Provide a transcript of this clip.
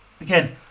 Again